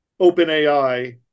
OpenAI